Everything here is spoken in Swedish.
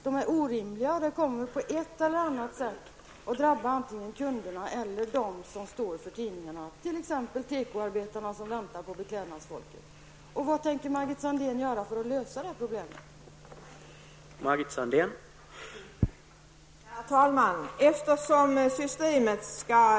De är orimliga och kommer på ett eller annat sätt att drabba antingen kunderna eller de som står för tidningarna, t.ex. tekoarbetarna som väntar på